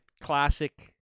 classic